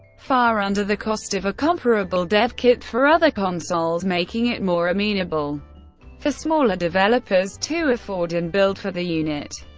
far under the cost of a comparable dev kit for other consoles, making it more amenable for smaller developers to afford and build for the unit.